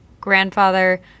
grandfather